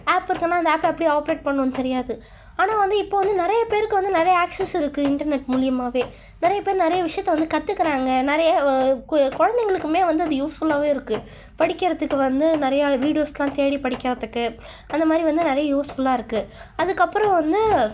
app இருக்குன்னால் இந்த ஆப்பை எப்படி ஆப்ரேட் பண்ணுன்னு தெரியாது ஆனால் வந்து இப்போது வந்து நிறைய பேருக்கு வந்து நிறைய ஆக்ஸஸ் இருக்குது இன்டர்நெட் மூலிமாவே நிறைய பேர் நிறைய விஷயத்த வந்து கற்றுக்குறாங்க நிறைய குழந்தைங்களுக்குமே வந்து அது யூஸ்ஃபுல்லாகவும் இருக்குது படிக்கிறத்துக்கு வந்து நிறையா வீடியோஸெலாம் தேடி படிக்கிறத்துக்கு அந்த மாதிரி வந்து நிறைய யூஸ்ஃபுல்லாக இருக்குது அதுக்கப்புறம் வந்து